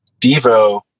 Devo